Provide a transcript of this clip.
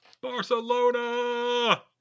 Barcelona